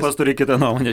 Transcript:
pats turi kitą nuomonę